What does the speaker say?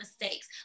mistakes